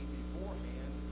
beforehand